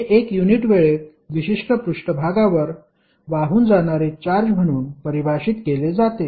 हे एक युनिट वेळेत विशिष्ट पृष्ठभागावर वाहून जाणारे चार्ज म्हणून परिभाषित केले जाते